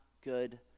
good